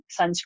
sunscreen